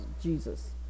jesus